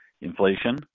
inflation